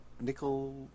Nickel